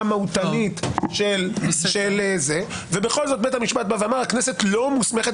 מהותנית ובכל זאת בית המשפט בא ואמר שהכנסת לא מוסמכת.